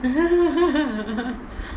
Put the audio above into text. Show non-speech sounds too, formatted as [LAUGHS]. [LAUGHS]